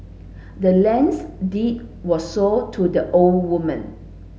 the land's deed was sold to the old woman